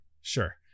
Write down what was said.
Sure